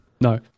No